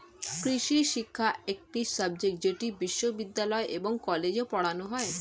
কৃষিশিক্ষা একটি সাবজেক্ট যেটি বিশ্ববিদ্যালয় এবং কলেজে পড়ানো হয়